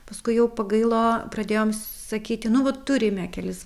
paskui jau pagailo pradėjom sakyti nu vat turime kelis